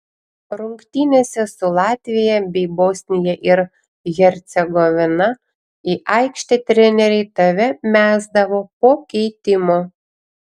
rungtynėse su latvija bei bosnija ir hercegovina į aikštę treneriai tave mesdavo po keitimo